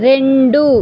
రెండు